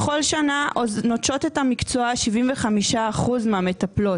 בכל שנה נוטשות את המקצוע 75% מהמטפלות.